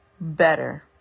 better